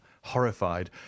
horrified